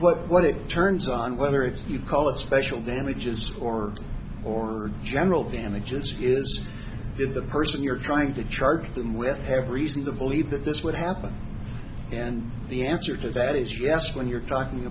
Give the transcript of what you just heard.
what it turns on whether it's you call it special damages or or a general damages years did the person you're trying to charge them with have reason to believe that this would happen and the answer to that is yes when you're talking